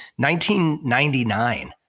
1999